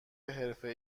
حرفه